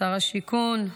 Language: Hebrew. שר השיכון,